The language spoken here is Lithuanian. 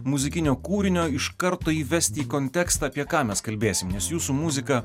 muzikinio kūrinio iš karto įvesti į kontekstą apie ką mes kalbėsim nes jūsų muziką